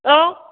औ